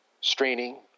Straining